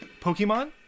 Pokemon